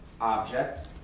object